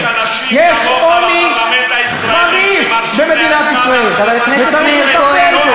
יש עוני חריף במדינת ישראל וצריך לטפל בו,